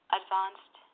advanced